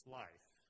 life